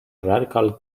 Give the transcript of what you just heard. radikal